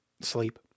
sleep